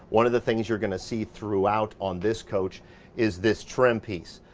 one of the things you're gonna see throughout on this coach is this trim piece,